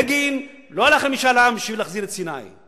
בגין לא הלך למשאל עם בשביל להחזיר את סיני.